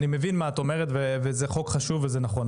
אני מבין מה את אומרת וזה חוק חשוב וזה נכון,